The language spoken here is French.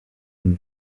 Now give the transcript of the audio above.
une